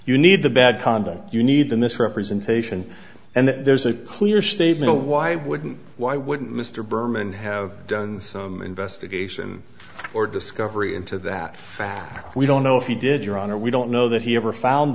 you need the bad conduct you need in this representation and there's a clear statement why wouldn't why wouldn't mr berman have done some investigation or discovery into that fact we don't know if he did your honor we don't know that he ever found